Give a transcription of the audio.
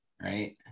Right